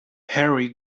harry